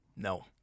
No